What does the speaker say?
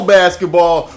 basketball